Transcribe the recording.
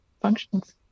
functions